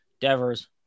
devers